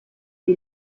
die